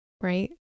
right